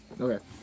Okay